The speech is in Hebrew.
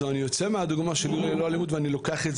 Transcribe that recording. לעמידתו בתנאי הקורס ומעברו הוא גם נדרש לעמוד בעוד מספר תבחינים,